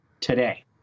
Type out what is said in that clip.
today